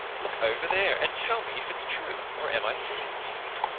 look over there and tell me if it's true, or am i seein' things?